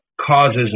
causes